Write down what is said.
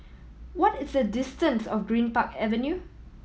what is the distance of Greenpark Avenue